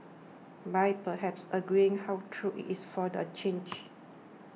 by perhaps agreeing how true it is for the change